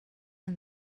and